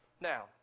Now